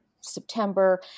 September